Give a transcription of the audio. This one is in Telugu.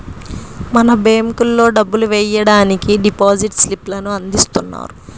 మనం బ్యేంకుల్లో డబ్బులు వెయ్యడానికి డిపాజిట్ స్లిప్ లను అందిస్తున్నారు